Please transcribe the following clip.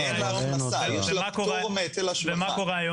יש לה פטור מהיטל השבחה.